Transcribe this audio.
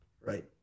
Right